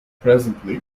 presently